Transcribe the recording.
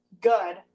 good